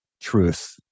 truth